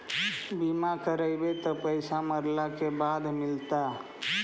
बिमा करैबैय त पैसा मरला के बाद मिलता?